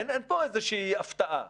אין פה איזושהי הפתעה.